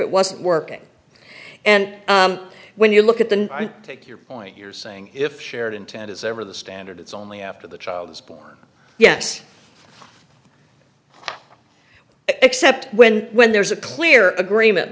it wasn't working and when you look at the take your point you're saying if shared intent is ever the standard it's only after the child is born yes except when when there's a clear agreement